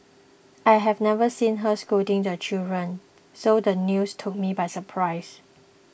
I have never seen her scolding the children so the news took me by surprise